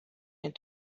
and